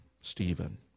Stephen